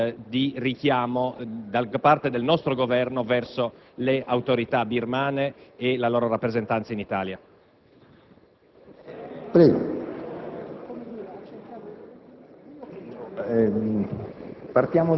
dimostrano che occorre un'azione immediata di richiamo da parte del nostro Governo verso le autorità birmane e la loro rappresentanza in Italia.